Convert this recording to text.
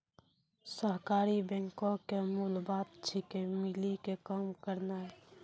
सहकारी बैंको के मूल बात छिकै, मिली के काम करनाय